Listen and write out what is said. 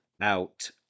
out